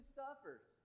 suffers